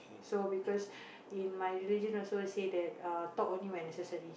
so because in my religion also say that err talk only when necessary